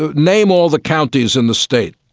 ah name all the counties in the state.